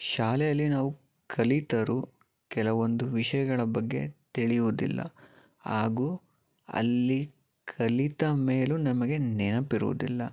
ಶಾಲೆಯಲ್ಲಿ ನಾವು ಕಲಿತರು ಕೆಲವೊಂದು ವಿಷಯಗಳ ಬಗ್ಗೆ ತಿಳಿಯುವುದಿಲ್ಲ ಹಾಗೂ ಅಲ್ಲಿ ಕಲಿತ ಮೇಲು ನಮಗೆ ನೆನಪಿರುವುದಿಲ್ಲ